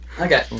Okay